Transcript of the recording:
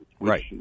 right